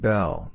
Bell